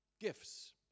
gifts